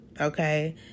Okay